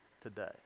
today